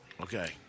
Okay